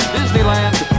Disneyland